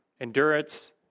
Endurance